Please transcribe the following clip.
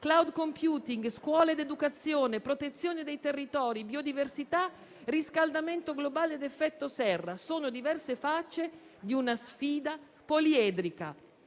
*cloud computing*, scuole ed educazione, protezione dei territori, biodiversità, riscaldamento globale ed effetto serra sono diverse facce di una sfida poliedrica».